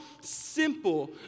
simple